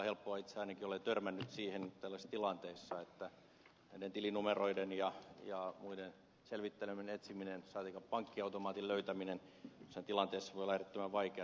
itse ainakin olen törmännyt siihen tällaisissa tilanteissa että näiden tilinumeroiden ja muiden selvitteleminen ja etsiminen saatikka pankkiautomaatin löytäminen jossain tilanteessa voi olla äärettömän vaikeaa